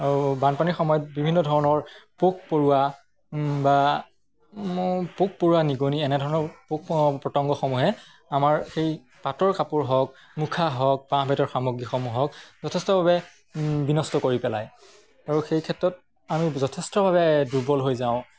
আৰু বানপানীৰ সময়ত বিভিন্ন ধৰণৰ পোক পৰুৱা বা পোক পৰুৱা নিগনি এনেধৰণৰ পোক পতংগসমূহে আমাৰ সেই পাটৰ কাপোৰ হওক মুখা হওক বাঁহ বেতৰ সামগ্ৰীসমূহ হওক যথেষ্টভাৱে বিনষ্ট কৰি পেলায় আৰু সেই ক্ষেত্ৰত আমি যথেষ্টভাৱে দুৰ্বল হৈ যাওঁ